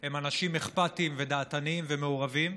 הם אנשים אכפתיים ודעתניים ומעורבים,